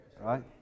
Right